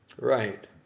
Right